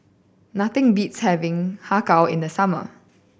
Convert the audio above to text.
nothing beats having Har Kow in the summer